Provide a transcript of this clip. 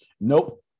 Nope